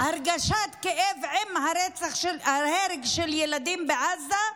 ועם הרגשת כאב על ההרג של ילדים בעזה,